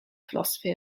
philosophy